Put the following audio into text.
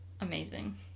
Amazing